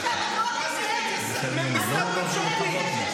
עשית את זה משרד ממשלתי.